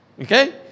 Okay